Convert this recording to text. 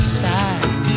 side